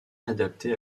adaptées